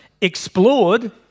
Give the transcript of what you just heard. explored